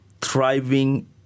thriving